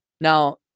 Now